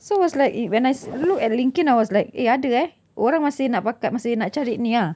so I was like eh when I look at linkedin I was like eh ada eh orang masih nak masih nak cari ni ah